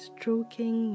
Stroking